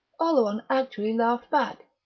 oleron actually laughed back,